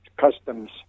customs